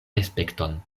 respekton